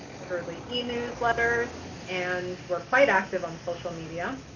quarterly e-newsletters, and we're quite active on social media.